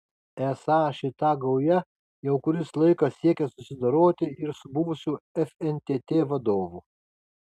esą šita gauja jau kuris laikas siekia susidoroti ir su buvusiu fntt vadovu